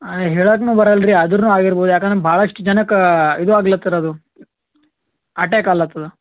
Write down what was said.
ಆ ಹೇಳೋಕು ಬರೋಲ್ ರೀ ಅದ್ರು ಆಗಿರ್ಬೋದು ಯಾಕಂದ್ರೆ ಭಾಳಷ್ಟು ಜನಕ್ಕೆ ಇದು ಆಗ್ಲತ್ತದೆ ಅದು ಅಟ್ಯಾಕ್ ಅಲ್ಲ ಆಗ್ತದ